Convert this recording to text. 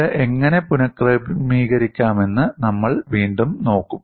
ഇത് എങ്ങനെ പുനക്രമീകരിക്കാമെന്ന് നമ്മൾ വീണ്ടും നോക്കും